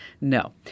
No